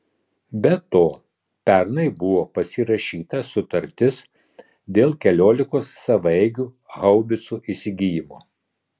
be to pernai buvo pasirašyta sutartis dėl keliolikos savaeigių haubicų įsigijimo